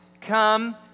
come